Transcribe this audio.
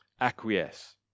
Acquiesce